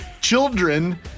children